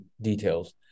Details